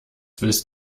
willst